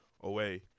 away